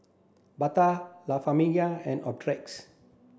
Bata La Famiglia and Optrex